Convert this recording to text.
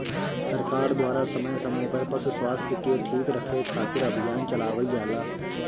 सरकार द्वारा समय समय पर पशु स्वास्थ्य के ठीक रखे खातिर अभियान चलावल जाला